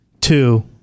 two